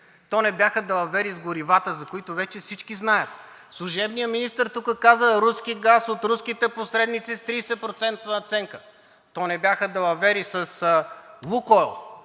То не бяха далавери и с горивата, за които вече всички знаят. Служебният министър тук каза: „руски газ от руските посредници с 30% надценка“. То не бяха далавери с „Лукойл“,